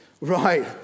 Right